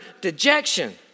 dejection